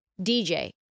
DJ